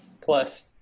plus